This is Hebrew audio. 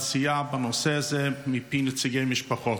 הסיעה בנושא הזה מפי נציגי משפחות.